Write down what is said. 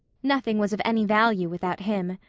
nothing was of any value without him.